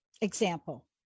example